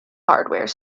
hardware